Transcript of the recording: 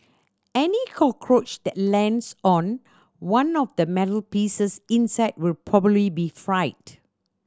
any cockroach that lands on one of the metal pieces inside will probably be fried